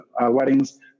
weddings